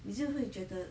你就会觉得